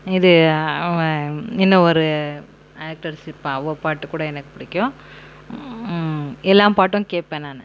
இது இன்ன ஒரு ஆக்டேர்ஸ்ஸு அவள் பாட்டுக்கூட எனக்கு பிடிக்கும் எல்லா பாட்டும் கேட்பேன் நான்